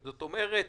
סליחה,